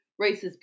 racist